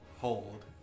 hold